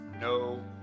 no